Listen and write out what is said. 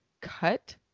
cut